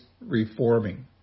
reforming